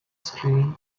screen